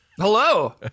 hello